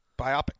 Biopic